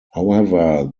however